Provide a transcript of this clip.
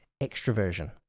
extroversion